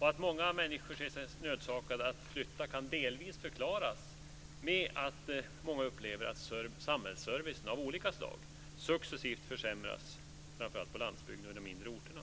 Att många människor ser sig nödsakade att flytta kan delvis förklaras med att många upplever att samhällsservice av olika slag successivt försämras, framför allt på landsbygden och på mindre orter.